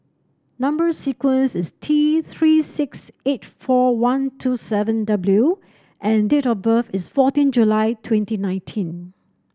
number sequence is T Three six eight four one two seven W and date of birth is fourteen July twenty nineteen